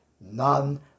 none